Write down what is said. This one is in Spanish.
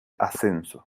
ascenso